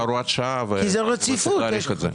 זו הייתה הוראת שעה וצריך להאריך את זה.